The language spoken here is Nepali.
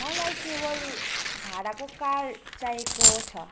मलाई केवल भाडाको कार चाहिएको छ